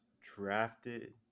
drafted